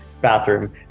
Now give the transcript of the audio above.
bathroom